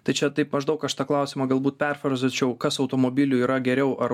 tai čia taip maždaug aš tą klausimą galbūt perfrazuočiau kas automobiliui yra geriau ar